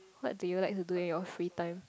what do you like to do during your free time